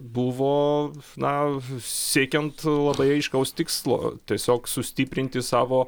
buvo na siekiant labai aiškaus tikslo tiesiog sustiprinti savo